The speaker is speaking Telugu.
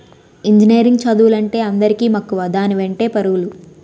ఇంజినీరింగ్ చదువులంటే అందరికీ మక్కువ దాని వెంటే పరుగులు